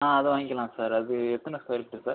ஆ அதை வாங்கிக்கலாம் சார் அது எத்தனை ஸ்கொயர் ஃபிட்டு சார்